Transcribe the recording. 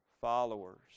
followers